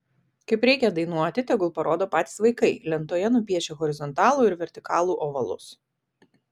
kaip reikia dainuoti tegul parodo patys vaikai lentoje nupiešę horizontalų ir vertikalų ovalus